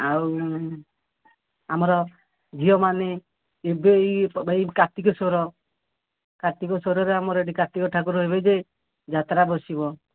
ଆଉ ଆମର ଝିଅମାନେ ଏବେ ଏହି ଏହି କାର୍ତ୍ତିକେସ୍ୱର କାର୍ତ୍ତିକେଶ୍ୱରରେ ଆମର ଏଇଠି କାର୍ତ୍ତିକ ଠାକୁର ଏବେ ଯେ ଯାତ୍ରା ବସିବ